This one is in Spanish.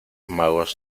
magos